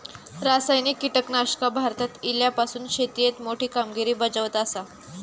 रासायनिक कीटकनाशका भारतात इल्यापासून शेतीएत मोठी कामगिरी बजावत आसा